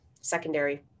secondary